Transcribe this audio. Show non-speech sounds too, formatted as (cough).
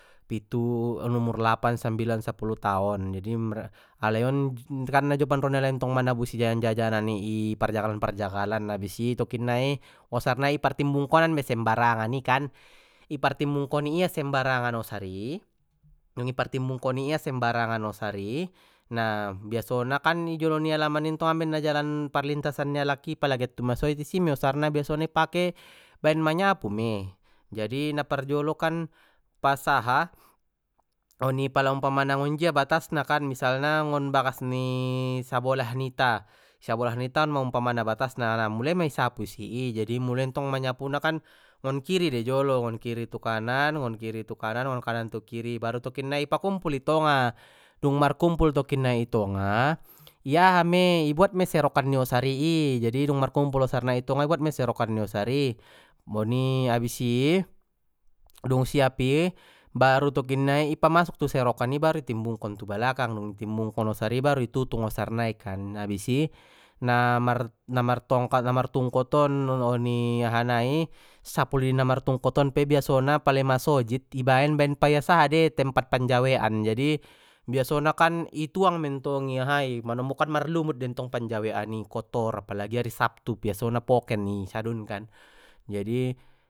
Pitu on umur lapan, sambilan, sapulu taon, jadi (unintelligible) alai on (noise) kan najopan roa ni alai manabusi jajan jajanan i parjagalan parjagalan abis i tokinnai osar nai partimbungkonan mei sembarangani kan ipartimbungkoni ia sembarangan osar i, nungi partimbungkoni ia sembarangan osar i na biasona kan i jolo ni alaman i antong amben na jalan parlintasan ni alak i pala get tu masojid isi mei osarnai biasona i pake baen manyapu mei jadi na parjolo kan pas aha (noise) oni pala umpamana ngonjia batasna kan misalna ngon bagas ni (hesitation) sabolah nita on ma umpamana batasna na muloi mei i sapu isi i jadi mulai ntong manyapuna ngon kiri dei jolo ngon kiri tu kanan ngon kiri tu kanan ngon kanan tu kiri baru tokinnai i pakumpul i tonga dung markumpul tokinnai i tonga i aha mei ibuat mei serokan ni osari i jadi dung markumpul osar nai i tonga buat mei serokan ni osar i oni abis i, dung siap i baru tokinnai i pamasuk tu serokan i baru itimbungkon tu balakang dung itimbungkon osar i baru itutung osarnai kan abis i na mar tongkat na mar tungkot on oni aha nai sapu lidi namartungkot on pe biasona pala i masojid i baen baen paias aha dei tempat panjawekan jadi biasona kan i tuang mei ntong i ahai manombo kan marlumut dei ntong panjawekan i kotor apalagi ari sabtu biasona poken i sadun kan jadi.